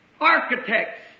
architects